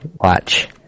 Watch